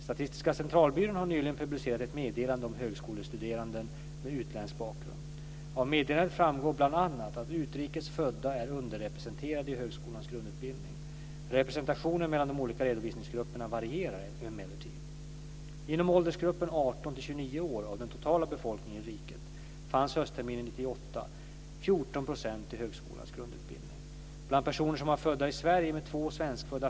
Statistiska centralbyrån har nyligen publicerat ett meddelande om högskolestuderande med utländsk bakgrund . Av meddelandet framgår bl.a. att utrikes födda är underrepresenterade i högskolans grundutbildning. Representationen mellan de olika redovisningsgrupperna varierar emellertid. 15 % i högskolans grundutbildning.